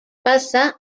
passa